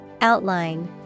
Outline